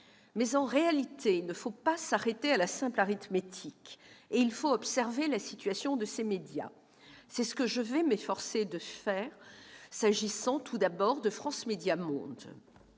Mais, en réalité, il ne faut pas s'arrêter à la simple arithmétique et il faut observer la situation de ces médias. C'est ce que je vais m'efforcer de faire s'agissant, tout d'abord, de France Médias Monde.